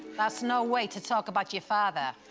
that's no way to talk about your father.